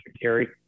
gary